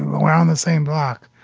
we're on the same block.